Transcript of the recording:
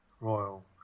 royal